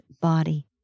body